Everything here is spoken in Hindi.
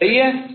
सही है